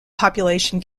population